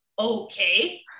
Okay